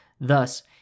Thus